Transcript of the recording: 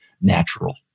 natural